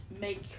make